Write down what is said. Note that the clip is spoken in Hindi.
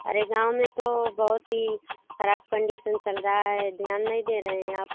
अरे गाँव में तो बहुत ही खराब कंडीसन चल रहा है ध्यान नहीं दे रहे हैं आप